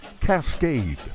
Cascade